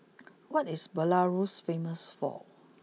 what is Belarus famous for